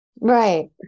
Right